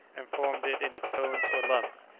and formed it into cones or lumps,